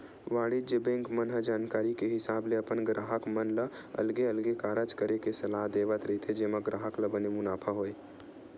वाणिज्य बेंक मन ह जानकारी के हिसाब ले अपन गराहक मन ल अलगे अलगे कारज करे के सलाह देवत रहिथे जेमा ग्राहक ल बने मुनाफा होय